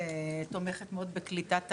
תומכת מאוד בקליטת עלייה.